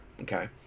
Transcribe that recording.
okay